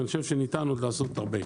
ואני חושב שעוד ניתן לעשות הרבה.